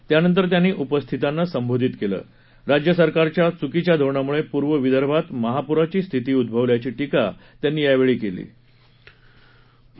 त्यानंतर त्यांनी उपस्थितांना संबोधित कल्ला राज्य सरकारच्या चुकीच्या धोरणामुळपूर्व विदर्भात महापुराची स्थिती उदभल्याची टीका त्यांनी यावछी कल्ती